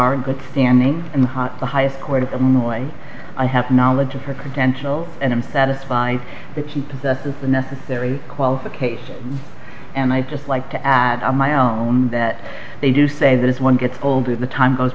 our good standing in the hot the highest court of illinois i have knowledge of her credentials and i'm satisfied that she possesses the necessary qualifications and i'd just like to add to my own that they do say that as one gets older the time goes